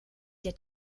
der